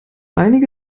einige